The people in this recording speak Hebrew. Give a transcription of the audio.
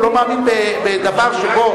הוא לא מאמין בדבר שבו,